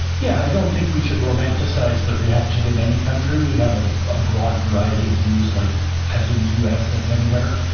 yeah, i don't think we should romanticize the reaction in any country. we have a ah broad variety of views like as in the us as anywhere.